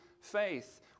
faith